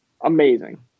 amazing